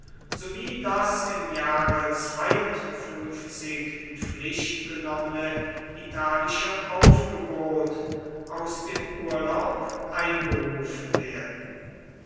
sowie das im jahre in pflicht genommene italische aufgebot aus dem urlaub einberufen werden